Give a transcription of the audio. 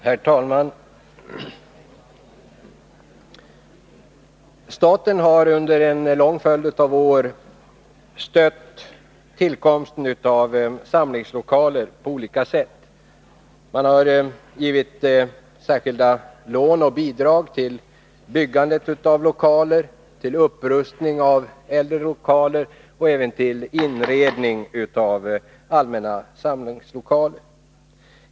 Herr talman! Staten har under en lång följd av år stött tillkomsten av samlingslokaler på olika sätt. Man har givit särskilda lån och bidrag till byggandet av lokaler, till upprustning av äldre lokaler och även till inredning av allmänna samlingslokaler.